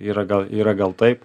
yra gal yra gal taip